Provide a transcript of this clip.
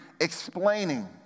explaining